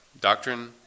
doctrine